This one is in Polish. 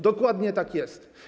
Dokładnie tak jest.